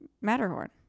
Matterhorn